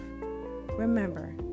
Remember